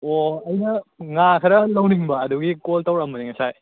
ꯑꯣ ꯑꯩꯅ ꯉꯥ ꯈꯔ ꯂꯧꯅꯤꯡꯕ ꯑꯗꯨꯒꯤ ꯀꯣꯜ ꯇꯧꯔꯝꯕꯅꯦ ꯉꯁꯥꯏ